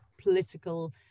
political